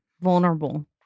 vulnerable